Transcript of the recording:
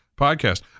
podcast